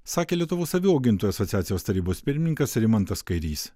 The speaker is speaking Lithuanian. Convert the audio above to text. sakė lietuvos avių augintojų asociacijos tarybos pirmininkas rimantas kairys